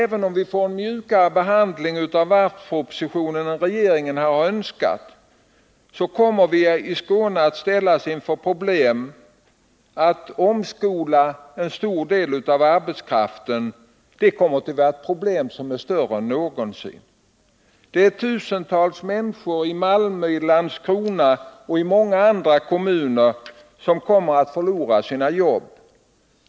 Även om vi får en mjukare behandling av varvspropositionen än regeringen önskar, kommer vi i Skåne att ställas inför problem att omskola en stor del av arbetskraften. Det kommer att medföra större problem än vi någonsin har haft. Tusentals människor i Malmö, Landskrona och många andra kommuner kommer att förlora sina jobb.